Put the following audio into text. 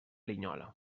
linyola